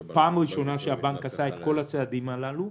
זאת הפעם הראשונה שהבנק עשה את כל הצעדים הללו,